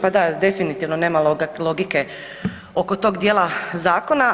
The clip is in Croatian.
Pa da definitivno nema logike oko tog dijela zakona.